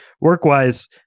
Work-wise